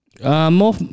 More